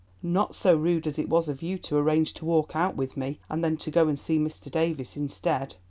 not so rude as it was of you to arrange to walk out with me and then to go and see mr. davies instead.